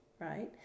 right